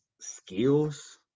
skills